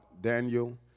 Daniel